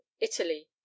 Italy